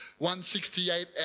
168